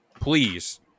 Please